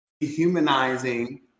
dehumanizing